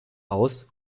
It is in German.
und